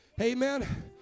Amen